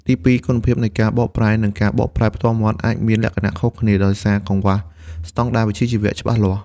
ទីពីរ គុណភាពនៃការបកប្រែ និងការបកប្រែផ្ទាល់មាត់អាចមានលក្ខណៈខុសគ្នា ដោយសារកង្វះស្តង់ដារវិជ្ជាជីវៈច្បាស់លាស់។